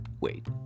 wait